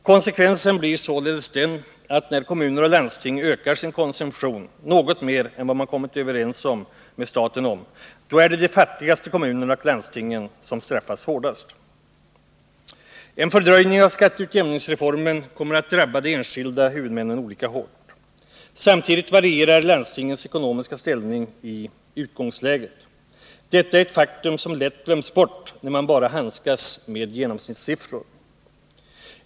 Konsekvensen blir således den, att när kommuner och landsting ökar sin konsumtion något mer än vad man kommit överens med staten om, då är det de fattigaste kommunerna och landstingen som straffas hårdast! En fördröjning av skatteutjämningsreformen kommer att drabba de enskilda huvudmännen olika hårt. Samtidigt varierar landstingens ekonomiska ställning i utgångsläget. Detta är ett faktum som lätt glöms bort, om man bara handskas med genomsnittssiffror.